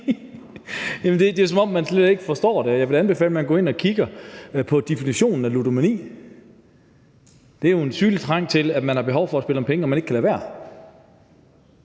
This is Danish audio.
det er, som om man slet ikke forstår det. Jeg vil anbefale, at man går ind og kigger på definitionen af ludomani. Det er jo en sygelige trang til at spille om penge, og man kan ikke lade være.